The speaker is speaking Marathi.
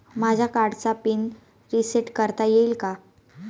माझ्या कार्डचा पिन रिसेट करता येईल का?